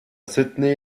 sydney